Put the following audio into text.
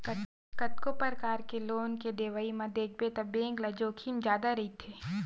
कतको परकार के लोन के देवई म देखबे त बेंक ल जोखिम जादा रहिथे